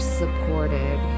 supported